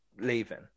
leaving